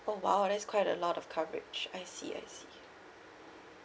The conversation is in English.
oh !wow! that's quite a lot of coverage I see I see